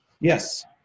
Yes